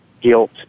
guilt